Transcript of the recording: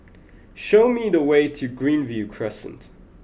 show me the way to Greenview Crescent